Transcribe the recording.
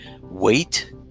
wait